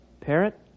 Parrot